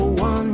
one